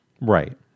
Right